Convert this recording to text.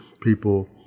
people